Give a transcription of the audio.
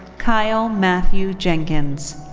kyle matthew jenkins.